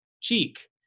cheek